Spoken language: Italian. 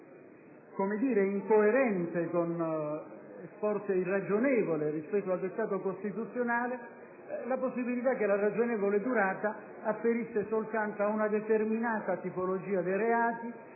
è apparsa incoerente, o forse irragionevole rispetto al dettato costituzionale la possibilità che la ragionevole durata afferisse soltanto ad una determinata tipologia di reati,